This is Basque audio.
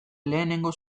lehenengo